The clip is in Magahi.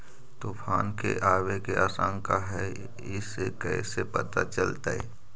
तुफान के आबे के आशंका है इस कैसे पता चलतै?